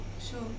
sure